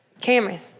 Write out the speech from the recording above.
Cameron